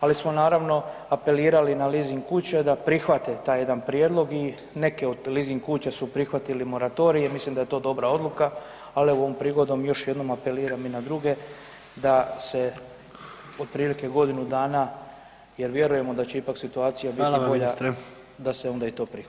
ali smo, naravno, apelirali na leasing kuće da prihvate taj jedan prijedlog i neke od leasing kuća su prihvatile moratorij i mislim da je to dobra odluka, ali evo, ovom prigodom, još jednom apeliram i na druge da se otprilike godinu dana, jer vjerujemo da će ipak situacija biti bolja [[Upadica: Hvala vam ministre.]] da se onda i to prihvati.